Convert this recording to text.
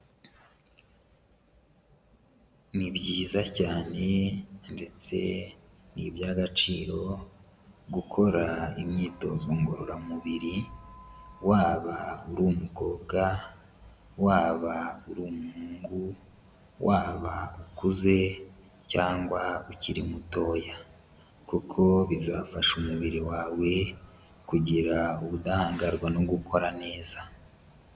Ni byiza cyane ndetse ni iby'agaciro gukora imyitozo ngororamubiri, waba uri umukobwa, waba uri umuhungu, waba ukuze cyangwa ukiri mutoya kuko bizafasha umubiri wawe kugira ubudahangarwa no gukora neza.